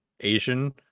Asian